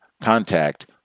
contact